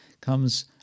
comes